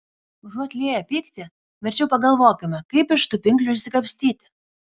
užuot lieję pyktį verčiau pagalvokime kaip iš tų pinklių išsikapstyti